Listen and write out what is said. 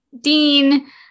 dean